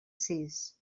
sis